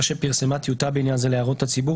שפרסמה טיוטה בעניין זה להערות הציבור,